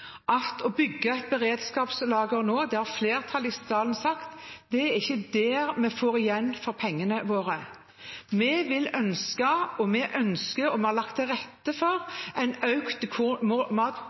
å bygge et beredskapslager nå – det har flertallet i salen sagt – er ikke der vi får igjen for pengene våre. Vi ønsker, og vi har lagt til rette for,